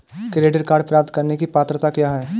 Credit card प्राप्त करने की पात्रता क्या है?